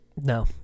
no